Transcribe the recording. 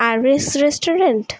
RS restaurant